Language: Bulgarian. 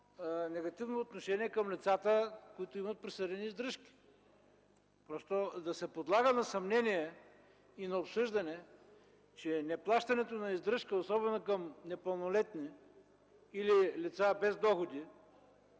негативно отношение към лицата, които имат присъдени издръжки. Да се подлага на съмнение и на обсъждане, че неплащането на издръжка, особено към непълнолетни или лица без доходи,